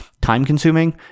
time-consuming